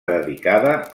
dedicada